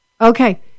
Okay